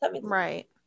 Right